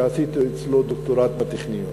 שעשיתי אצלו דוקטורט בטכניון.